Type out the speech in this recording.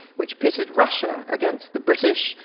which pitted russia against the british,